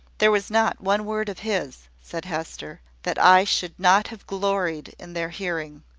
there was not one word of his, said hester, that i should not have gloried in their hearing.